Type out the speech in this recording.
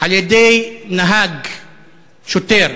על-ידי שוטר.